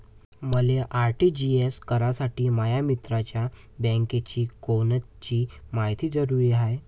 मले आर.टी.जी.एस करासाठी माया मित्राच्या बँकेची कोनची मायती जरुरी हाय?